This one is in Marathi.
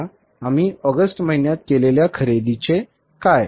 आता आम्ही ऑगस्ट महिन्यात केलेल्या खरेदीचे काय